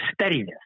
steadiness